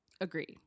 Agreed